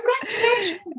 congratulations